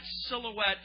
silhouette